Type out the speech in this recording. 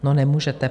No, nemůžete.